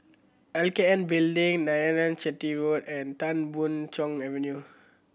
L K N Building Narayanan Chetty Road and Tan Boon Chong Avenue